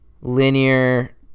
linear